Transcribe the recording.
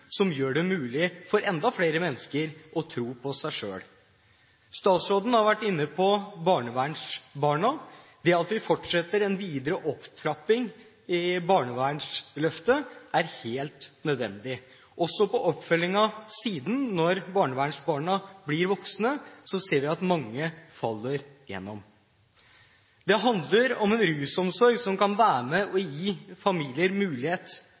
som gjør det mulig for enda flere mennesker å tro på seg selv. Statsråden har vært inne på barnevernsbarna. Det at vi fortsetter en videre opptrapping i Barnevernsløftet, er helt nødvendig. Også i oppfølgingen siden, når barnevernsbarna blir voksne, ser vi at mange faller gjennom. Det handler om en rusomsorg som kan være med og gi familier mulighet